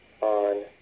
on